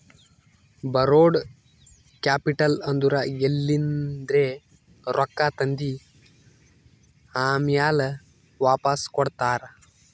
ಬಾರೋಡ್ capital ಅಂದುರ್ ಎಲಿಂದ್ರೆ ರೊಕ್ಕಾ ತಂದಿ ಆಮ್ಯಾಲ್ ವಾಪಾಸ್ ಕೊಡ್ತಾರ